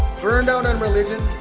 burned out on religion?